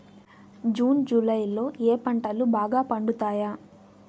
June July లో ఏ పంటలు బాగా పండుతాయా?